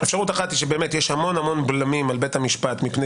אפשרות אחת היא שבאמת יש המון בלמים על בית המשפט מפני